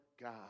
God